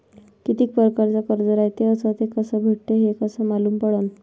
कितीक परकारचं कर्ज रायते अस ते कस भेटते, हे कस मालूम पडनं?